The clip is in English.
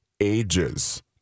ages